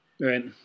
Right